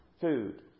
food